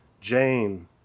Jane